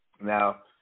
Now